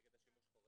הישיבה ננעלה בשעה